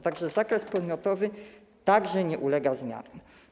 Tak że zakres podmiotowy także nie ulega zmianie.